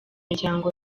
miryango